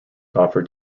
offer